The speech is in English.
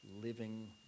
living